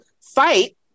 fight